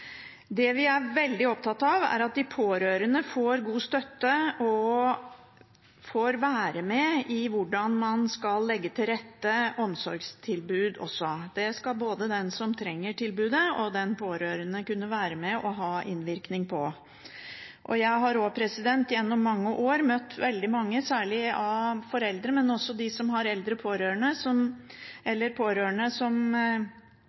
Det vi er veldig opptatt av, er at de pårørende får god støtte og får være med på hvordan man skal legge til rette omsorgstilbud også. Det skal både den som trenger tilbudet, og den pårørende kunne være med og ha innvirkning på. Jeg har gjennom mange år møtt veldig mange – særlig foreldre, men også de som har eldre pårørende, eller pårørende til noen som f.eks. sliter med alvorlige, tunge psykiske lidelser – som